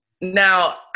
Now